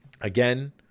Again